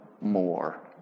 more